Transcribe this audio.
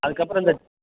அதுக்கப்புறம் இந்த